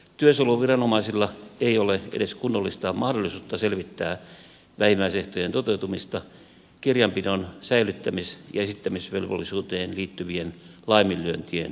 työsuojeluviranomaisilla ei ole edes kunnollista mahdollisuutta selvittää vähimmäisehtojen toteutumista kirjanpidon säilyttämis ja esittämisvelvollisuuteen liittyvien laiminlyöntien johdosta